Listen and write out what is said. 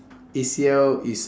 A_C_L is